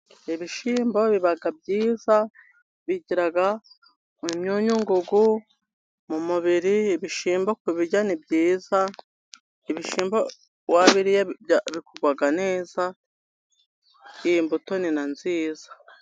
Ibishyimbo biba byiza bigira imyunyu ngugu mu mubiri, ibishyimbo ku birya ni byiza ibishyimbo wabiriye bikugwa neza, iyi mbuto ni na nziza.